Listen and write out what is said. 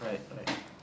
right right